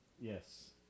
Yes